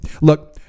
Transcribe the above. Look